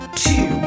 two